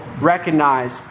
recognize